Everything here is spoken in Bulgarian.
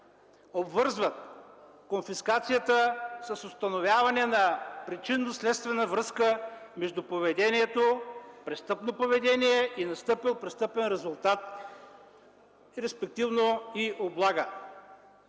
обвързват конфискацията с установяване на причинно-следствена връзка между престъпното поведение и настъпил престъпен резултат, респективно и облага.